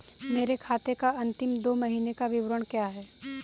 मेरे खाते का अंतिम दो महीने का विवरण क्या है?